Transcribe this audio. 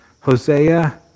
Hosea